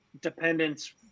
dependence